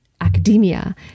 academia